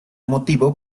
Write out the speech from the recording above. motivo